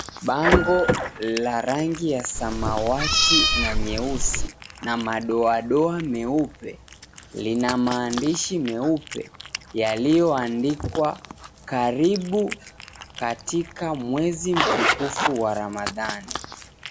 Bango la rangi ya samawati na nyeusi na madoadoa meupe, lina maandisi meupe yaliyoandikwa karibu katika mwezi mtukufu wa Ramadani.